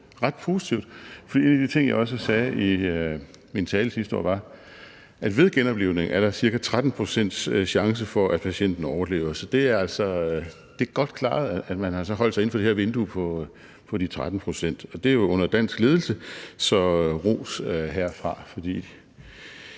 det er jo ret positivt. For en af de ting, som jeg også sagde i min tale sidste år, var, at der ved en genoplivning er ca. 13 procents chance for, at patienten overlever. Så det er godt klaret, at man har holdt sig inden for det her vindue på de 13 pct., og det er jo under dansk ledelse, så ros herfra. For